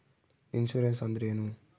Insurance ಅಂದ್ರೇನು?